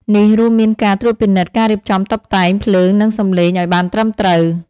នេះរួមមានការ ត្រួតពិនិត្យការរៀបចំតុបតែង ភ្លើង និងសំឡេងឱ្យបានត្រឹមត្រូវ។